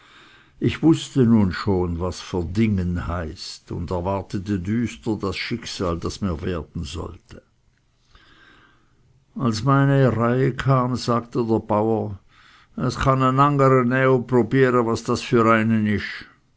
ich wußte nun schon was verdingen heiße und erwartete düster das schicksal das mir werden sollte als meine reihe kam sagte der bauer es cha n e e n angere näh u o probiere was das für